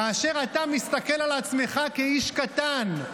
כאשר אתה מסתכל על עצמך כאיש קטן,